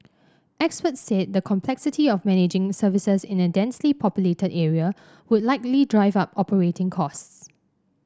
experts said the complexity of managing services in a densely populated area would likely drive up operating costs